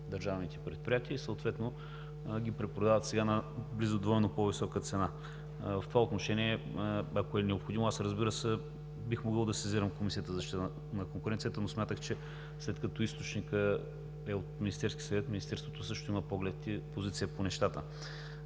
държавните предприятия и съответно ги препродават сега на близо двойно по-висока цена. В това отношение, ако е необходимо, бих могъл да сезирам Комисията за защита на конкуренцията, но смятах че след като източникът е от Министерския съвет, Министерството на енергетиката също има поглед и позиция по нещата.